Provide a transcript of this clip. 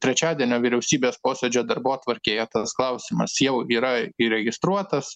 trečiadienio vyriausybės posėdžio darbotvarkėje tas klausimas jau yra įregistruotas